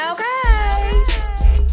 Okay